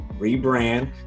rebrand